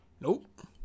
nope